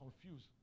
confused